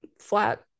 flat